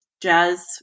Jazz